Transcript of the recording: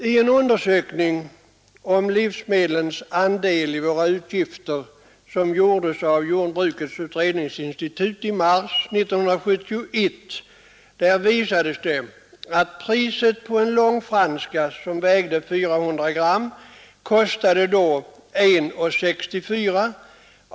Av en undersökning om livsmedlens andel av våra utgifter, utförd av Jordbrukets utredningsinstitut i mars 1971, framkom att priset på ett långfranska som väger 400 gram då var 1:64.